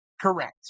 Correct